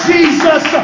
Jesus